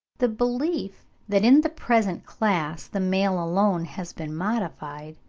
the belief that in the present class the male alone has been modified,